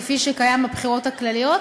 כפי שקיים בבחירות הכלליות,